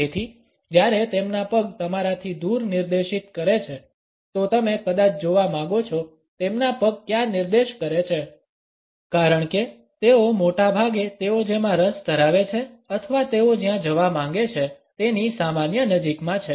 તેથી જ્યારે તેમના પગ તમારાથી દૂર નિર્દેશિત કરે છે તો તમે કદાચ જોવા માગો છો તેમના પગ ક્યાં નિર્દેશ કરે છે કારણ કે તેઓ મોટાભાગે તેઓ જેમાં રસ ધરાવે છે અથવા તેઓ જ્યાં જવા માંગે છે તેની સામાન્ય નજીકમાં છે